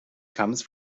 comes